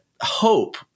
hope